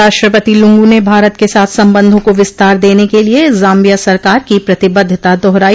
राष्ट्रपति लुंगू ने भारत के साथ संबंधों को विस्तार देने के लिये जाम्बिया सरकार की प्रतिबद्धता दोहराई